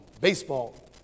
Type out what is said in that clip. baseball